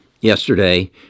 yesterday